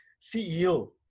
CEO